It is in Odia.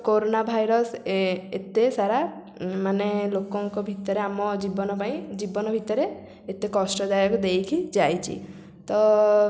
କୋରୋନା ଭାଇରସ ଏତେସାରା ମାନେ ଲୋକଙ୍କ ଭିତରେ ଆମ ଜୀବନ ପାଇଁ ଜୀବନ ଭିତରେ ଏତେ କଷ୍ଟଦାୟକ ଦେଇକି ଯାଇଛି ତ